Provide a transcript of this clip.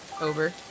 over